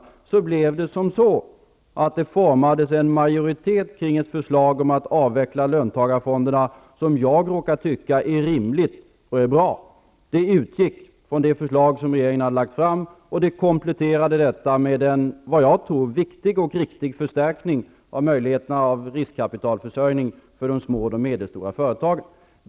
Det blev som så att det formades en majoritet kring ett förslag om att avveckla löntagarfonderna som jag råkade tycka är rimligt och bra. Det utgick från det förslag som regeringen har lagt fram, och det kompletterade detta med en, vad jag tror, viktig och riktig förstärkning av möjligheterna till riskkapitalförsörjning för de små och medelstora företagen.